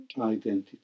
identity